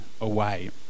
away